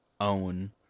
own